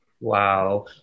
Wow